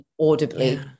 audibly